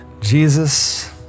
Jesus